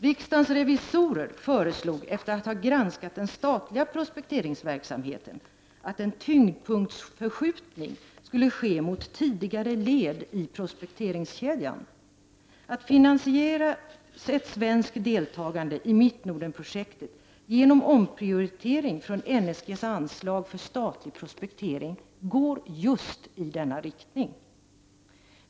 Riksdagens revisorer föreslog, efter att ha granskat den statliga prospekteringsverksamheten, att en tyngdpunktsförskjutning skulle ske mot tidigare led i prospekteringskedjan. Att finansiera ett svenskt deltagande i Mittnordenprojektet genom omprioritering från NSG:s anslag för statlig prospektering går just i denna riktning.